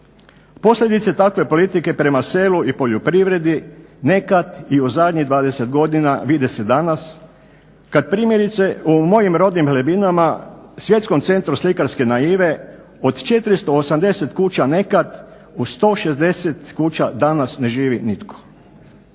Posljedice takve politike prema selu i poljoprivredi nekad i u zadnjih 20 godina vide se danas kad primjerice u mojim rodnim Hlebinama, svjetskom centru slikarske naive, od 480 kuća nekad u 160 kuća danas ne živi nitko.